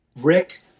Rick